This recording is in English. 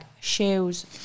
shoes